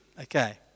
Okay